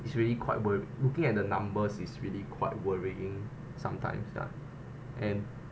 it's really quite worry looking at the numbers is really quite worrying sometimes lah and